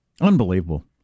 Unbelievable